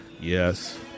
Yes